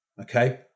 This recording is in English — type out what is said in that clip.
Okay